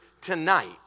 tonight